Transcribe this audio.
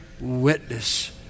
witness